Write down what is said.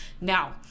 now